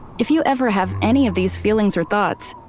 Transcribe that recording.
if you ever have any of these feelings or thoughts,